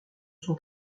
son